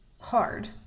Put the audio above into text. hard